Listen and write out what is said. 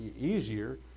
easier